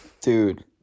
Dude